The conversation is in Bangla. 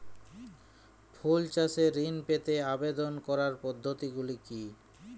ফুল চাষে ঋণ পেতে আবেদন করার পদ্ধতিগুলি কী?